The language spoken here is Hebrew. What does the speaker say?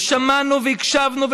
ושמענו והקשבנו,